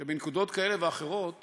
שבנקודות כאלה ואחרות